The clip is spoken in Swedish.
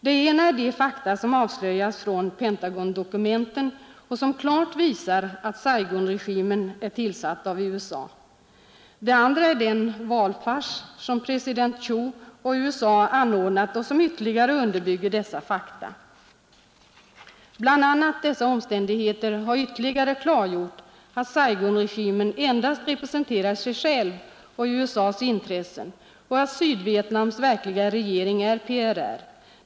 Det ena är de fakta som avslöjats från Pentagondokumenten och som klart visar att Saigonregimen är tillsatt av USA. Det andra är den valfars som president Thieu och USA anordnade och som ytterligare underbygger dessa fakta. Bl. a. dessa omständigheter har ytterligare klargjort att Saigonregimen endast representerar sig själv och USA:s intressen och att Sydvietnams verkliga regering är PRR.